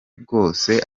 bwose